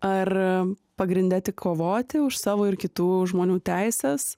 ar pagrinde tik kovoti už savo ir kitų žmonių teises